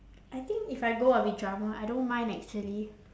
I think if I go I'll be drummer I don't mind actually